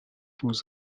beaux